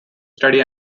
study